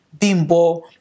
Bimbo